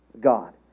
God